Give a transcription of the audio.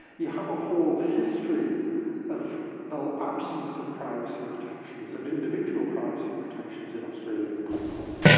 you have a whole history of the absence of privacy protections, of individual privacy protections in australian common law,